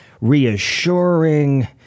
reassuring